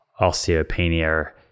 osteopenia